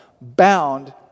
bound